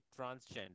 transgender